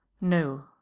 No